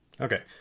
Okay